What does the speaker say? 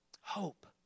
Hope